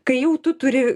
kai jau tu turi